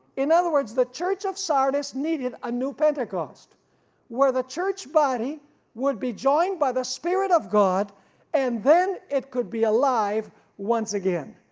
in other words the church of sardis needed a new pentecost where the church body would be joined by the spirit of god and then it could be alive once again.